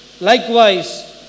Likewise